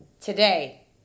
today